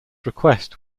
request